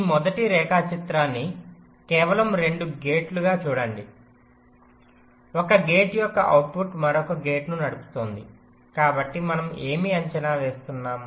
ఈ మొదటి రేఖాచిత్రాన్ని కేవలం 2 గేట్లు చూడండి 1 గేట్ యొక్క అవుట్పుట్ మరొక గేటును నడుపుతోంది కాబట్టి మనం ఏమి అంచనా వేస్తున్నాము